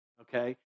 Okay